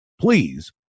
please